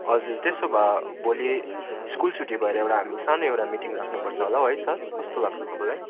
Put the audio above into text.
हजुर त्यसो भए भोलि स्कुल छुट्टी भएर एउटा हामी सानो एउटा मिटिङ राख्नुपर्छ होला हौ है सर कस्तो लाग्छ तपाईँलाई